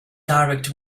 direct